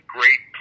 Great